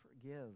forgive